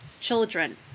children